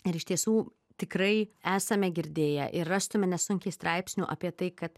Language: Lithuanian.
ar iš tiesų tikrai esame girdėję ir rastume nesunkiai straipsnių apie tai kad